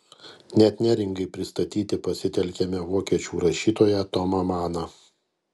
net neringai pristatyti pasitelkiame vokiečių rašytoją tomą maną